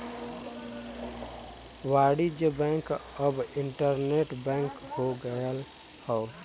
वाणिज्य बैंक अब internet bank हो गयल हौ